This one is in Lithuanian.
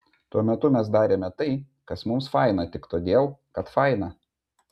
tuo metu mes darėme tai kas mums faina tik todėl kad faina